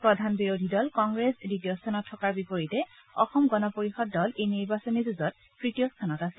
প্ৰধান বিৰোধী দল কংগ্ৰেছ দ্বিতীয় স্থানত থকাৰ বিপৰীতে অসম গণ পৰিষদ দল এই নিৰ্বাচনী যুঁজত তৃতীয় স্থানত আছে